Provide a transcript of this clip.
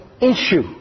issue